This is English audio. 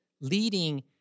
leading